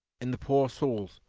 and the poor souls,